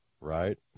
Right